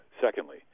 Secondly